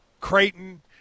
Creighton